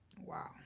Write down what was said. Wow